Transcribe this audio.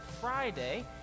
Friday